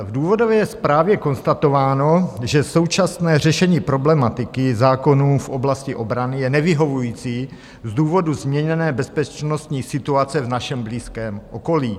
V důvodové zprávě je konstatováno, že současné řešení problematiky zákonů v oblasti obrany je nevyhovující z důvodu změněné bezpečnostní situace v našem blízkém okolí.